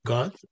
God